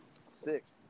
Six